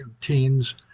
teens